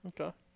okay